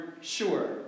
sure